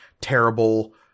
terrible